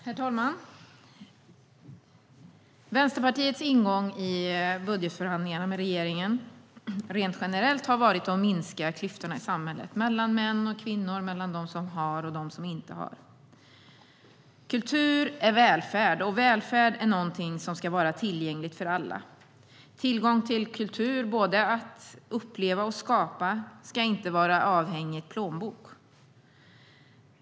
Herr talman! Vänsterpartiets ingång i budgetförhandlingarna med regeringen rent generellt har varit att minska klyftorna i samhället mellan män och kvinnor och mellan de som har de som inte har. Kultur är välfärd, och välfärd är någonting som ska vara tillgängligt för alla. Tillgång till kultur, både att uppleva och att skapa, ska inte vara avhängig en plånbok.